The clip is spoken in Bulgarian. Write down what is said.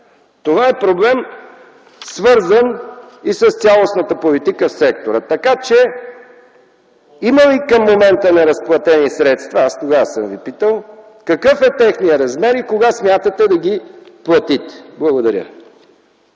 Това е проблем свързан с цялостната политика в сектора. Така че: има ли към момента неразплатени средства, аз тогава съм Ви питал? Какъв е техния размер и кога смятате да ги платите? Благодаря.